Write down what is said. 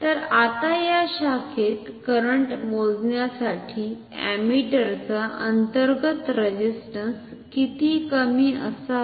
तर आता या शाखेत करंट मोजण्यासाठी अम्मीटरचा अंतर्गत रेझिस्ट्न्स किती कमी असावा